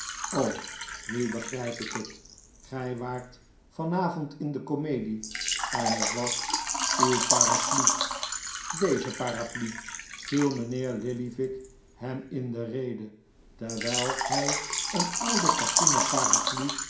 nu begrijp ik het gij waart vanavond in de komedie en het was uw para deze paraplu viel mijnheer lillyvick hem in de rede terwijl hij een oude katoenen paraplu